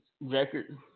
record